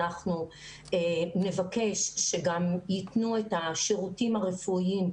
אנחנו נבקש שייתנו את השירותים הרפואיים בהיוועצות.